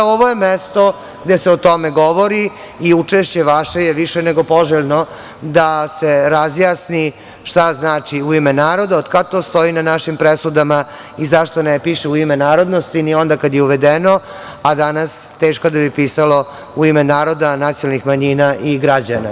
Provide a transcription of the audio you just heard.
Ovo je mesto gde se o tome govori i učešće vaše je više nego poželjno da se razjasni šta znači „u ime naroda“, od kad to stoji na našim presudama i zašto ne piše „ u ime narodnosti“ ni onda kada je uvedeno, a danas teško da bi pisalo „u ime naroda, nacionalnih manjina i građana“